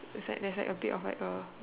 it's like there's like a bit of like a